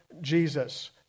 Jesus